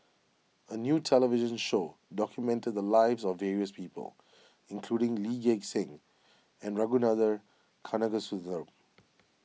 a new television show documented the lives of various people including Lee Gek Seng and Ragunathar Kanagasuntheram